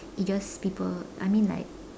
ages people I mean like